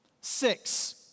Six